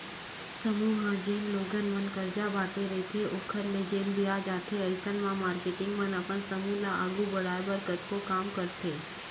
समूह ह जेन लोगन मन करजा बांटे रहिथे ओखर ले जेन बियाज आथे अइसन म मारकेटिंग मन अपन समूह ल आघू बड़हाय बर कतको काम करथे